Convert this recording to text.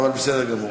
אבל בסדר גמור.